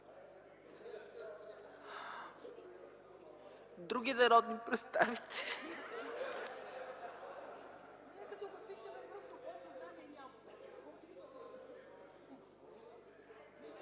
Други народни представители